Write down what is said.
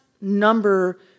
number